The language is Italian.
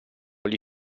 agli